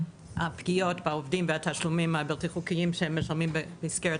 הפגיעות בעובדים התשלומים הבלתי חוקיים שהם משלמים במסגרת